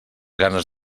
ganes